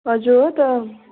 हजुर हो त